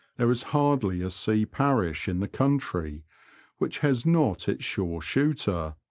there is hardly a sea-parish in the country which has not its shore shooter,